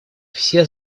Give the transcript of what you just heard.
все